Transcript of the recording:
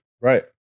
Right